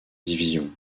division